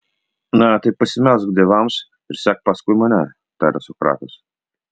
na tai pasimelsk dievams ir sek paskui mane taria sokratas